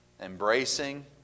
embracing